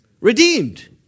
redeemed